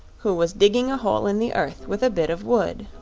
who was digging a hole in the earth with a bit of wood.